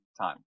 time